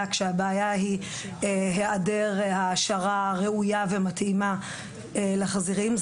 כשהבעיה היא היעדר העשרה ראויה ומתאימה לחזירים.